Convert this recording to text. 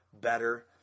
better